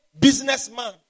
businessman